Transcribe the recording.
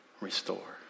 restore